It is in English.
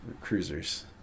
cruisers